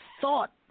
thought